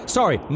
Sorry